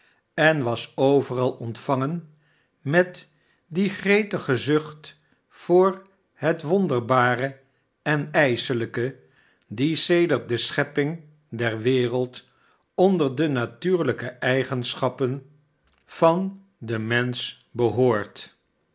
en was overal ontvangen met die gretige zucht voor het wonderbare en ijselijke die sedert de schepping der wereld onder de natuurlijke eigenschappen van den mensch behoort